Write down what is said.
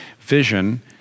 vision